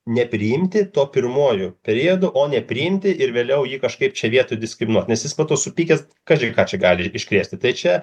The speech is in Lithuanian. nepriimti tuo pirmuoju periodu o ne priimti ir vėliau jį kažkaip čia vietoj diskriminuot nes jis po to supykęs kažin ką čia gali iškrėsti tai čia